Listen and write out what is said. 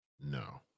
No